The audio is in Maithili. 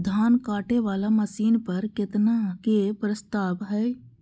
धान काटे वाला मशीन पर केतना के प्रस्ताव हय?